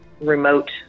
remote